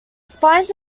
spines